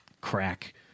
crack